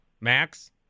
Max